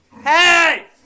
hey